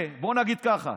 בואו נגיד ככה: